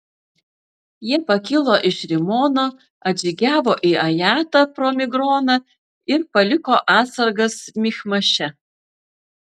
jie pakilo iš rimono atžygiavo į ajatą pro migroną ir paliko atsargas michmaše